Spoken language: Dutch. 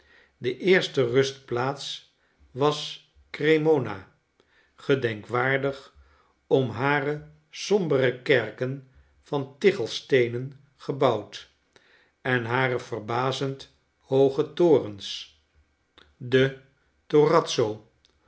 de eerste rustplaats was cremona gedenkwaardig om hare sombere kerken van tichelsteenen gebouwd en hare verbazend hooge torens de